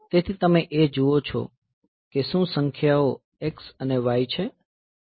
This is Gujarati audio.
તેથી તમે એ જુઓ કે શું સંખ્યાઓ x અને y છે